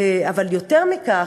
אבל יותר מכך.